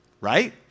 right